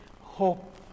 hope